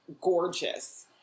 gorgeous